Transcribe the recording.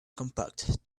compacted